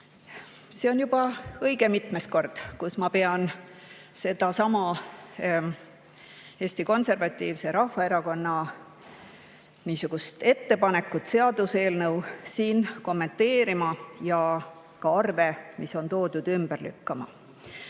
See on juba õige mitmes kord, kui ma pean sedasama Eesti Konservatiivse Rahvaerakonna ettepanekut, seda seaduseelnõu siin kommenteerima ja ka arve, mis on toodud, ümber lükkama.